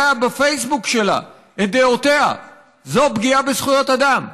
בפייסבוק שלה את דעותיה זו פגיעה בזכויות אדם,